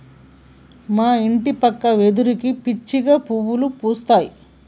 మా ఇంటి పక్క వెదురుకి పిచ్చిగా పువ్వులు పూస్తాయి